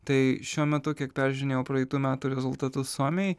tai šiuo metu kiek peržiūrinėjau praeitų metų rezultatus suomijoj